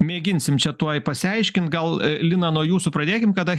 mėginsim čia tuoj pasiaiškint gal lina nuo jūsų pradėkim kada